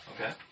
Okay